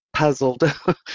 puzzled